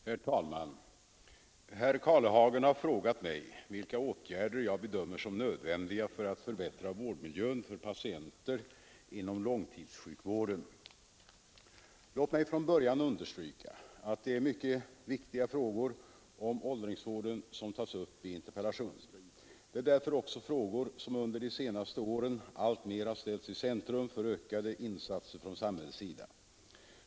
Herr talman! Herr Karlehagen har frågat mig vilka åtgärder jag bedömer som nödvändiga för att förbättra vård miljön för patienter inom långtidssjukvården. Låt mig från början understryka att det är mycket viktiga frågor om åldringsvården som tas upp i interpellationen. Det är därför också frågor som under de senaste åren alltmer har ställts i centrum för ökade insatser från samhällets sida.